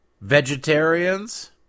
Vegetarians